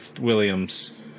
Williams